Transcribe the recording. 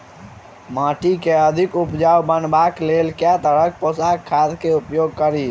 माटि केँ अधिक उपजाउ बनाबय केँ लेल केँ तरहक पोसक खाद केँ उपयोग करि?